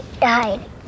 died